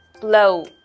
blow